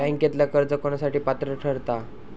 बँकेतला कर्ज कोणासाठी पात्र ठरता?